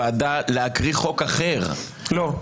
לוועדה להקריא חוק אחר -- לא.